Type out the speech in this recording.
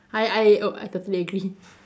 I I oh I totally agree